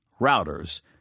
routers